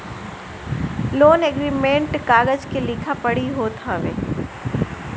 loan agreement कागज के लिखा पढ़ी होत हवे